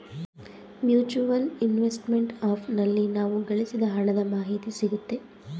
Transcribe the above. mutual investment app ನಲ್ಲಿ ನಾವು ಗಳಿಸಿದ ಹಣದ ಮಾಹಿತಿ ಸಿಗುತ್ತೆ